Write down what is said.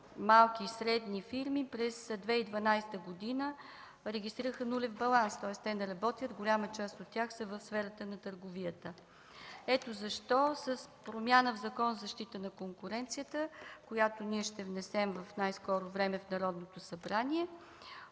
малки и средни фирми през 2012 г. регистрираха нулев баланс. Тоест те не работят, голяма част от тях са в сферата на търговията. Ето защо с промяна в Закона за защита на конкуренцията, която ние ще внесем в най-скоро време в Народното събрание,